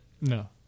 no